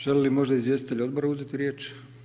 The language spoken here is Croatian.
Žele li možda izvjestitelji odbora uzeti riječ?